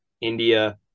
india